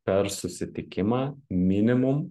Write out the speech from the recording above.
per susitikimą minimum